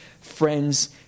friends